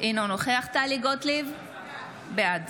אינו נוכח טלי גוטליב, בעד